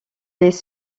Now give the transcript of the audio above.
les